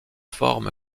forme